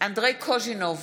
אנדרי קוז'ינוב,